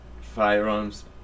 firearms